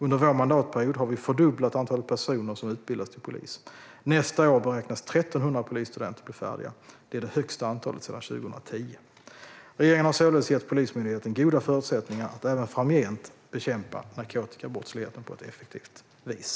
Under vår mandatperiod har vi fördubblat antalet personer som utbildas till polis. Nästa år beräknas 1 300 polisstudenter bli färdiga. Det är det högsta antalet sedan 2010. Regeringen har således gett Polismyndigheten goda förutsättningar att även framgent bekämpa narkotikabrottsligheten på ett effektivt vis.